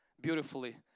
beautifully